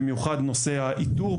במיוחד נושא האיתור,